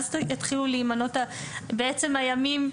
אז יתחילו להימנות בעצם הימים הנוספים.